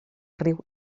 riu